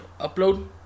Upload